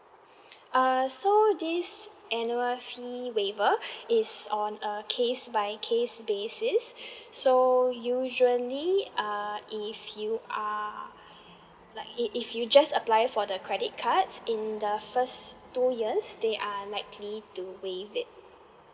uh so this annual fee waiver it's on uh case by case basis so usually uh if you are like if if you just apply for the credit cards in the first two years they are likely to waive it